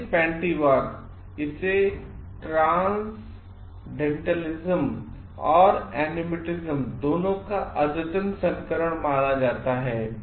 आधुनिक पैंटीवाद इसेट्रान्सेंडैंटलिज्म और एनिमिज़्म दोनों का अद्यतन संस्करणमाना जाता है